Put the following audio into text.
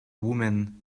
women